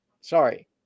Sorry